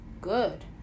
Good